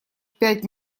пять